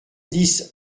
dix